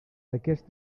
aquest